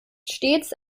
stets